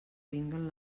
vinguen